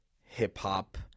hip-hop